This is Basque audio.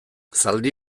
zaldi